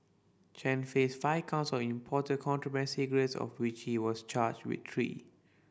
Chen faced five counts importing contraband cigarettes of which he was charged with three